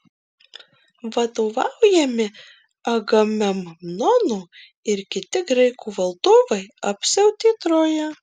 vadovaujami agamemnono ir kiti graikų valdovai apsiautė troją